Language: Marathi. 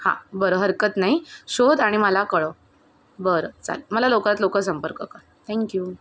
हा बरं हरकत नाही शोध आणि मला कळव बरं चालेल मला लवकरात लवकर संपर्क कर थँक यू